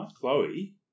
Chloe